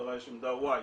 למשטרה יש עמדה Y,